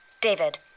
David